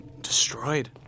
destroyed